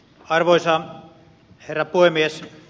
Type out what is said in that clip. arvoisa herra puhemies